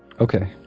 Okay